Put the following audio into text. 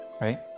right